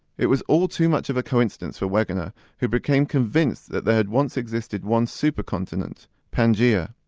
it was all too much of a coincidence for wegener who became convinced that there had once existed one super-continent, pangaea.